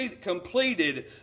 completed